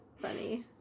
funny